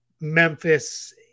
Memphis